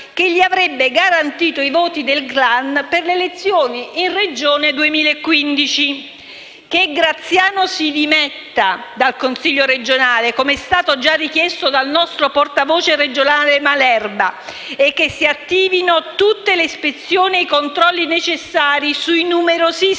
Graziano si dimetta dal Consiglio regionale, come è stato già richiesto dal nostro portavoce regionale Malerba, e che si attivino tutte le ispezioni e i controlli necessari sui numerosissimi